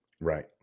Right